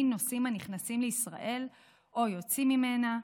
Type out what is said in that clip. נוסעים הנכנסים לישראל או היוצאים ממנה,